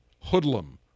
Hoodlum